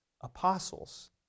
apostles